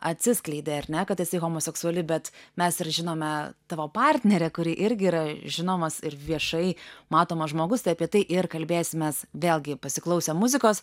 atsiskleidei ar ne kad tu esi homoseksuali bet mes ir žinome tavo partnerė kuri irgi yra žinomas ir viešai matomas žmogus tai apie tai ir kalbėsimės vėlgi pasiklausę muzikos